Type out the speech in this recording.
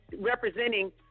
representing